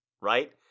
right